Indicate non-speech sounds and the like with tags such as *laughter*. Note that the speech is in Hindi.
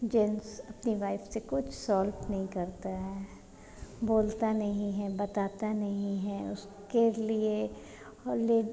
जेन्स अपनी वाइफ़ से कुछ सॉल्व नहीं करता है बोलते नहीं हैं बताते नहीं हैं उसके लिए और *unintelligible*